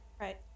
Right